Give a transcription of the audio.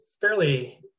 fairly